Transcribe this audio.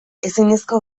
ezinezko